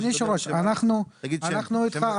אדוני יושב הראש, אנחנו איתך.